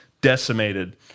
decimated